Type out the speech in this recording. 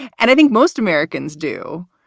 and i think most americans do.